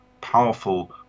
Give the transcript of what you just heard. powerful